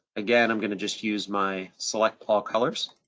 again, i'm gonna just use my select all colors.